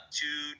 two